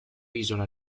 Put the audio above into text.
isola